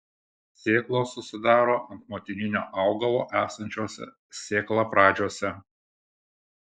sėklos susidaro ant motininio augalo esančiuose sėklapradžiuose